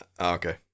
Okay